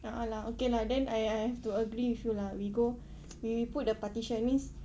uh uh lah okay lah then I I have to agree with you lah we go we put the partition that means